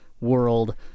world